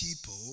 people